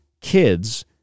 kids